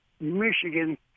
Michigan